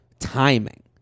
Timing